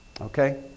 Okay